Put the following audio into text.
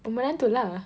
menantu lah